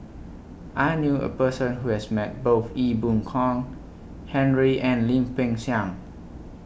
I knew A Person Who has Met Both Ee Boon Kong Henry and Lim Peng Siang